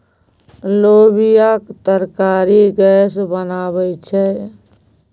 लोबियाक तरकारी गैस बनाबै छै